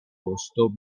posto